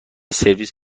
سرویس